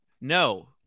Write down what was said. No